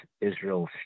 Israel